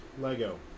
Lego